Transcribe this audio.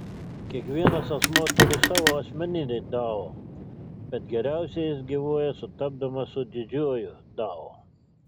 kiekvienas asmuo turi savo asmeninį dao bet geriausiai jis gyvuoja sutapdamas su didžiuoju dao